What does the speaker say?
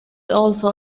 also